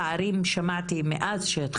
לגבי הפערים שמעתי עוד מאז,